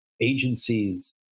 agencies